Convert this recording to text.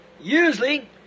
Usually